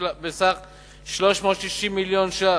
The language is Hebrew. בסך 360 מיליון שקלים.